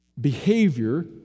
behavior